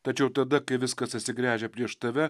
tačiau tada kai viskas atsigręžia prieš tave